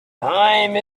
time